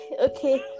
Okay